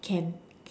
can